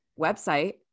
website